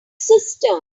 sister